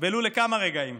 ולו לכמה רגעים.